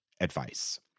advice